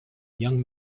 young